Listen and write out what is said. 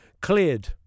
cleared